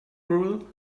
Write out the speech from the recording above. rule